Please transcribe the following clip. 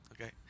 okay